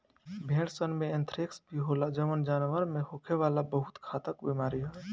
भेड़सन में एंथ्रेक्स भी होला जवन जानवर में होखे वाला बहुत घातक बेमारी हवे